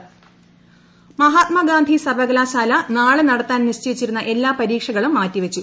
പരീക്ഷകൾ മാറ്റിവച്ചു മഹാത്മാ ഗാന്ധി സർവകലാശാല നാളെ നടത്താൻ നിശ്ചയിച്ചിരുന്ന എല്ലാ പരീക്ഷകളും മാറ്റിവച്ചു